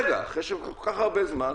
אחרי שעבר כל כך הרבה זמן,